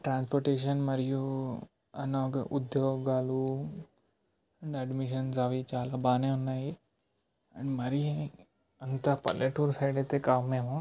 transportation మరియు అనగా ఉద్యోగాలు అడ్మిషన్స్ అవి చాలా బాగానే ఉన్నాయి అండ్ మరీ అంత పల్లెటూరు సైడ్ అయితే కాదు మేము